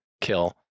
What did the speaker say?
kill